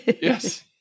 Yes